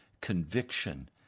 conviction